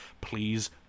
Please